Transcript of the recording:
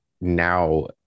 now